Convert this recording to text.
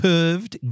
curved